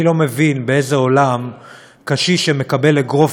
אני לא מבין באיזה עולם קשיש שמקבל אגרוף